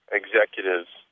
executives